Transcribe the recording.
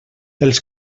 els